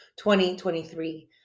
2023